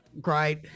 great